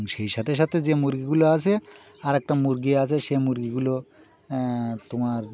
সেই সাথে সাথে যে মুরগিগুলো আছে আরেকটা মুরগি আছে সেই মুরগিগুলো তোমার